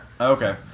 Okay